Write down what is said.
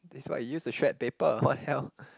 this what you use to shred paper what else